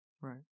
Right